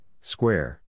square